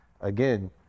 again